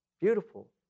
beautiful